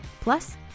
plus